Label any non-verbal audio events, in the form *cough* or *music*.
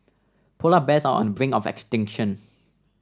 polar bears are on the brink of extinction *noise*